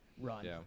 Run